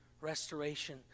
restoration